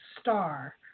star